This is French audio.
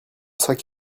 sac